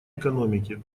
экономики